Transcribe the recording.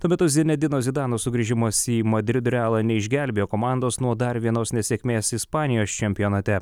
tuo metu zinedino zidano sugrįžimas į madrido realą neišgelbėjo komandos nuo dar vienos nesėkmės ispanijos čempionate